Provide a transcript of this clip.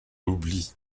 l’oubli